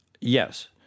Yes